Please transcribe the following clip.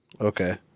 Okay